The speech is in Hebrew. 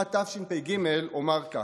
שנת תשפ"ג, אומר כך: